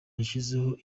yashyizeho